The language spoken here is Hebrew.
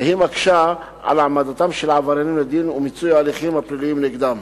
והיא מקשה על העמדתם של עבריינים לדין ומיצוי ההליכים הפליליים נגדם.